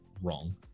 wrong